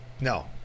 No